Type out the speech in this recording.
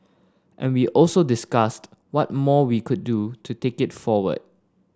and we also discussed what more we could do to take it forward